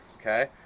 okay